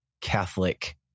Catholic